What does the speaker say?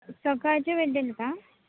सकाळची भेटेल का